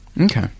Okay